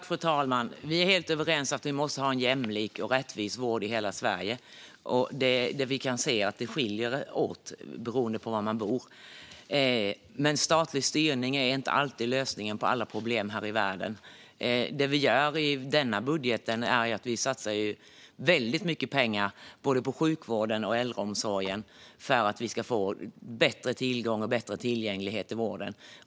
Fru talman! Vi är helt överens om att vi måste ha en jämlik och rättvis vård i hela Sverige. Vi kan se att det skiljer sig åt beroende på var man bor. Men statlig styrning är inte alltid lösningen på alla problem här i världen. Det vi gör i denna budget är att vi satsar väldigt mycket pengar på både sjukvården och äldreomsorgen för att vi ska få bättre tillgång och tillgänglighet i vården.